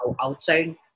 outside